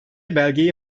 belgeyi